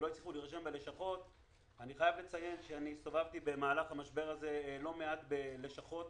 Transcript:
אני חייב לציין שהסתובבתי במהלך המשבר הזה לא מעט בלשכות